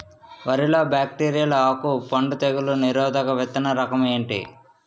వరి లో బ్యాక్టీరియల్ ఆకు ఎండు తెగులు నిరోధక విత్తన రకం ఏంటి?